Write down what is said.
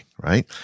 right